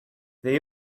they